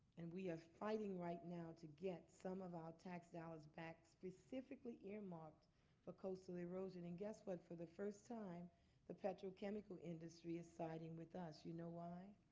and we are fighting right now to get some of our tax dollars back specifically earmarked for coastal erosion. and guess what? for the first time the petrochemical industry is siding with us. you know why?